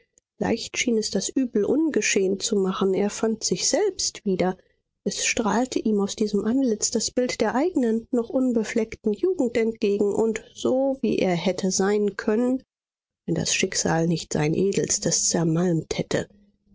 leicht schien es das übel ungeschehen zu machen er fand sich selbst wieder es strahlte ihm aus diesem antlitz das bild der eignen noch unbefleckten jugend entgegen und so wie er hätte sein können wenn das schicksal nicht sein edelstes zermalmt hätte